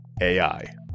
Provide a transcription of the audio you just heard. AI